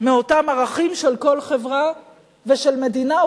מאותם ערכים של כל חברה ושל מדינה,